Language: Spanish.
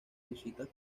visitas